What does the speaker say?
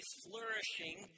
flourishing